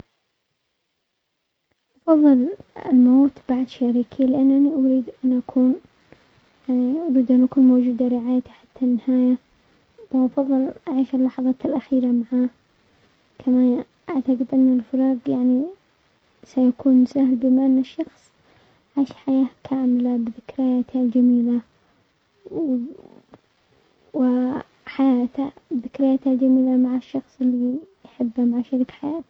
بفضل الموت بعد شريكي لانني اريد ان اكون -اريد ان اكون موجودة لرعايته حتى النهاية وافضل ان اعيش اللحظات الاخيرة معاه، كما اعتقد ان الفراق يعني سيكون سهل لما الشخص عاش حياة كاملة بذكرياتها الجميلة وحياتها بذكرياتها جميلة مع الشخص اللي يحبه مع شريك حياته.